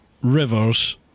rivers